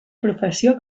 professió